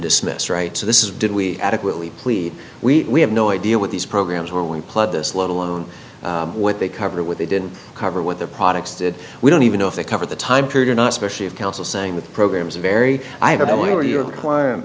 dismissed right so this is did we adequately plead we have no idea what these programs where we played this let alone what they cover what they didn't cover what their products did we don't even know if they covered the time period or not specially of counsel saying with programs very i don't know where your c